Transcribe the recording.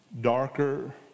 darker